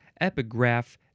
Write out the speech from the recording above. epigraph